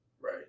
Right